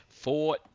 Four